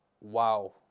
wow